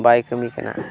ᱵᱟᱭ ᱠᱟᱹᱢᱤ ᱠᱟᱱᱟ